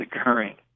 occurring